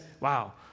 wow